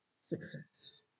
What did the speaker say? Success